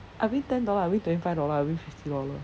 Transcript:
I win ten dollar I win twenty five dollar I win fifty dollar